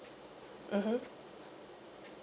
mmhmm